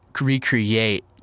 recreate